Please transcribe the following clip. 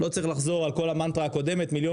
לא צריך לחזור על כל המנטרה הקודמת מיליון